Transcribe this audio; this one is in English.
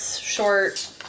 short